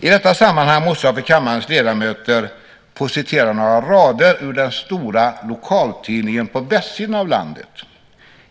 I detta sammanhang måste jag för kammarens ledamöter få citera några rader ur den stora lokaltidningen på västsidan av landet.